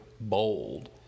Bold